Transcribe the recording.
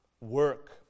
work